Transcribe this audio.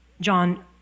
John